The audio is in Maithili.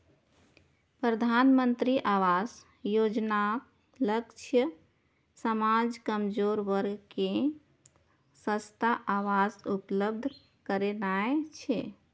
प्रधानमंत्री आवास योजनाक लक्ष्य समाजक कमजोर वर्ग कें सस्ता आवास उपलब्ध करेनाय छै